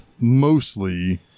mostly